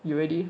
you already